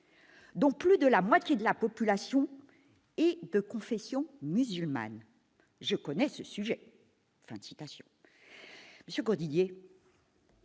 dont plus de la moitié de la population est de confession musulmane. Je connais ce sujet ».